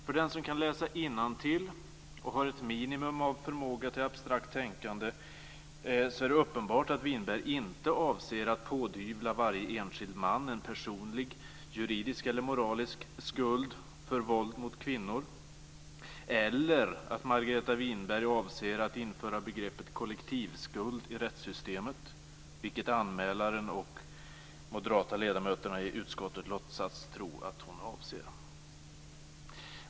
För den som kan läsa innantill och har ett minimum av förmåga till abstrakt tänkande är det uppenbart att Winberg inte avser att pådyvla varje enskild man en personlig, juridisk eller moralisk, skuld för våld mot kvinnor, eller att Winberg avser att införa begreppet kollektivskuld i rättssystemet, vilket anmälaren och de moderata ledamöterna i utskottet låtsas tro att hon avser.